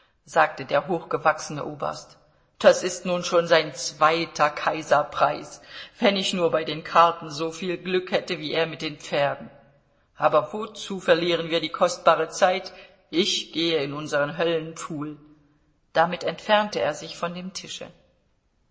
sagte der hochgewachsene oberst das ist nun schon sein zweiter kaiserpreis wenn ich nur bei den karten soviel glück hätte wie er mit den pferden aber wozu verlieren wir die kostbare zeit ich gehe in unseren höllenpfuhl damit entfernte er sich von dem tische